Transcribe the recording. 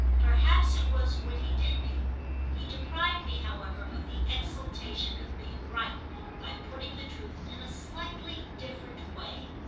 perhaps it was what he did mean he deprived me however of the exultation of being right by putting the truth in a slightly different way.